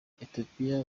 ethiopia